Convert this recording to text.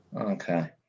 okay